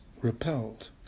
repelled